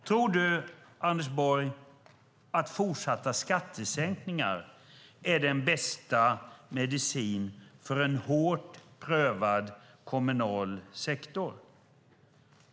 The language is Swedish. Tror du, Anders Borg, att fortsatta skattesänkningar är den bästa medicinen för en hårt prövad kommunal sektor?